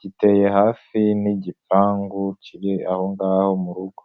giteye hafi n'igipangu kiri aho ngaho mu rugo.